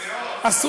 מאות.